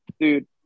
dude